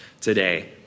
today